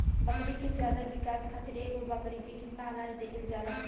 बकरी के ज्यादा विकास खातिर एगो बकरी पे कितना अनाज देहल जाला?